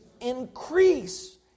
Increase